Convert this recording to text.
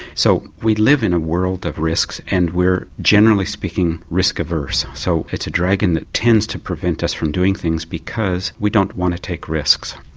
so we live in a world of risks and we're generally speaking risk averse, so it's a dragon that tends to prevent us from doing things because we don't want to take risks.